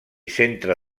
centre